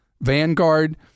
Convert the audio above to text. Vanguard